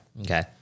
Okay